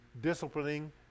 disciplining